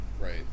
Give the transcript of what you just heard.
Right